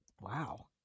wow